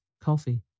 Coffee